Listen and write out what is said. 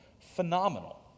Phenomenal